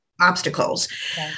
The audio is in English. obstacles